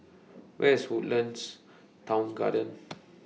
Where IS Woodlands Town Garden